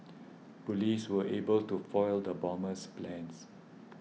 police were able to foil the bomber's plans